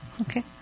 Okay